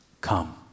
Come